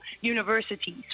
universities